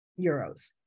euros